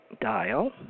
Dial